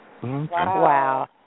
Wow